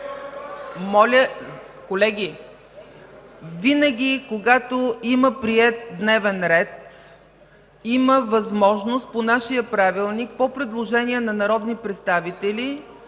Моля Ви, колеги! Винаги когато има приет дневен ред има възможност по нашия правилник по предложение на народни представители да бъде извършена